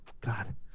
God